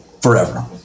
forever